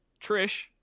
Trish